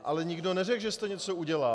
Ale nikdo neřekl, že jste něco udělal.